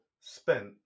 spent